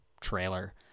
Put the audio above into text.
trailer